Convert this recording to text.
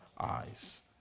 eyes